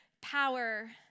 power